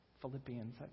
Philippians